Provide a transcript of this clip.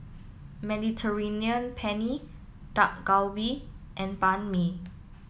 Mediterranean Penne Dak Galbi and Banh Mi